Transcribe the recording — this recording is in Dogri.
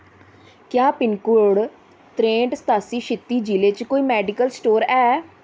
क्या पिनकोड त्रेंह्ठ सतासी छित्ती जि'ले च कोई मैडिकल स्टोर ऐ